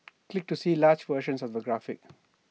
click to see larger version of the graphic